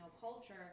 culture